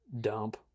dump